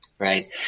Right